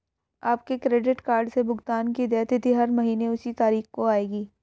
आपके credit card से भुगतान की देय तिथि हर महीने उसी तारीख को आएगी